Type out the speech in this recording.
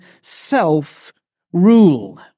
self-rule